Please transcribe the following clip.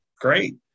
great